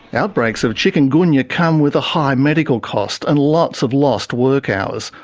outbreaks of chikungunya come with a high medical cost and lots of lost work hours,